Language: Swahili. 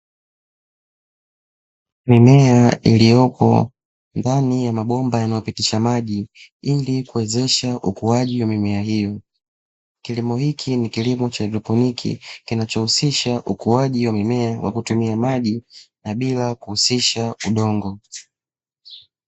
Mimea iliyopo ndani ya mabomba yanayopitisha maji ili kuwezesha ukuaji wa mimea hiyo. Kilimo hiki ni kilimo cha haidroponi, kinachohusisha ukuaji wa mimea wa kutumia maji na bila kuhusisha udongo.